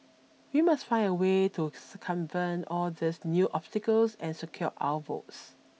we must find a way to circumvent all these new obstacles and secure our votes